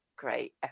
Great